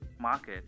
market